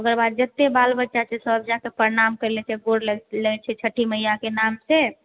ओकरबाद जतेक बाल बच्चा छै सब जाके परनाम करि लै छै गोर लागि लै छै छठि मैयाके नाम से